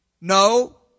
No